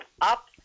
Up